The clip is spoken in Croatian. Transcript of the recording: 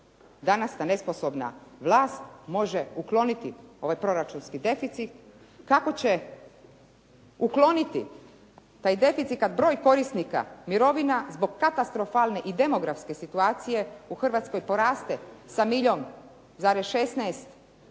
danas ta nesposobna vlast može ukloniti ovaj proračunski deficit, kako će ukloniti taj deficit kad broj korisnika mirovina zbog katastrofalne i demografske situacije u Hrvatskoj poraste sa milijun i 16 na